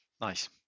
nice